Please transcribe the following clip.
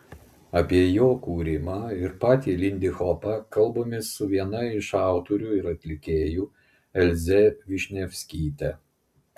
apie jo kūrimą ir patį lindihopą kalbamės su viena iš autorių ir atlikėjų elze višnevskyte